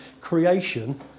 creation